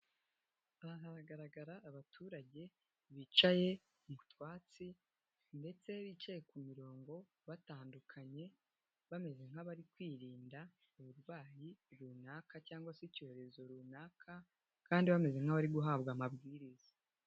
Aha haragaragara abaturage bicaye mu twatsi ndetse bicaye ku mirongo batandukanye bameze nk'abari kwirinda uburwayi runaka cyangwa se icyorezo runaka kandi bameze nk'abari guhabwa amabwiriza.